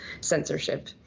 censorship